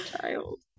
child